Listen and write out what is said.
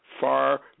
far